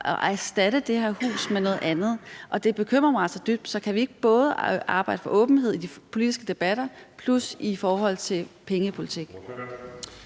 at erstatte det her hus med noget andet, og det bekymrer mig altså dybt. Så kan vi ikke både arbejde for åbenhed i de politiske debatter plus i forhold til pengepolitik?